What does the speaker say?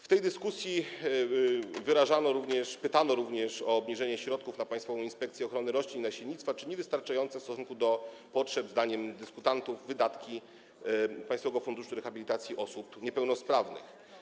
W tej dyskusji pytano również o obniżenie środków na Państwową Inspekcję Ochrony Roślin i Nasiennictwa czy niewystarczające w stosunku do potrzeb zdaniem dyskutantów wydatki Państwowego Funduszu Rehabilitacji Osób Niepełnosprawnych.